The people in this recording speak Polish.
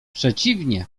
przeciwnie